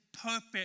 perfect